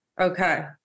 Okay